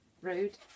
Rude